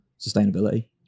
sustainability